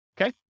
Okay